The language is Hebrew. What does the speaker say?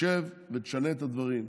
שב ותשנה את הדברים,